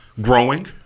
growing